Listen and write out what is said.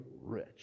rich